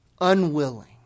unwilling